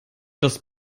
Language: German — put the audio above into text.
das